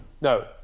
no